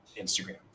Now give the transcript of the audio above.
Instagram